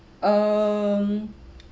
um